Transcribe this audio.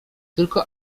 tylko